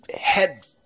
head